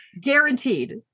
Guaranteed